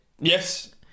yes